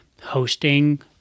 hosting